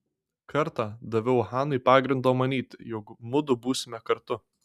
kartą daviau hanai pagrindo manyti jog mudu būsime kartu